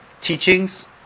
teachings